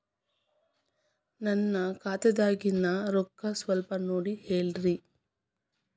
ನನ್ನ ಖಾತೆದಾಗಿನ ರೊಕ್ಕ ಸ್ವಲ್ಪ ನೋಡಿ ಹೇಳ್ರಿ